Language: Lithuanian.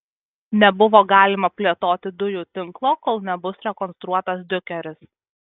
nebuvo galima plėtoti dujų tinklo kol nebus rekonstruotas diukeris